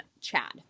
Chad